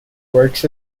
works